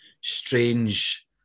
strange